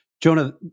Jonah